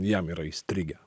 jam yra įstrigę